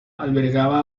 albergaba